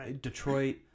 Detroit